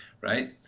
right